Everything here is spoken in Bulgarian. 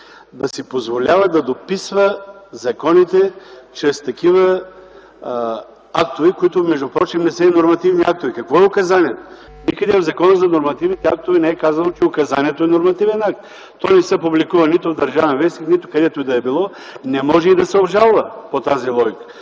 да си позволява да дописва законите чрез такива актове, които впрочем, не са и нормативни актове. Какво е указанието? Никъде в Закона за нормативните актове не е казано, че указанието е нормативен акт. То не се публикува нито в „ Държавен вестник ”, нито където и да било, не може и да се обжалва по тази логика.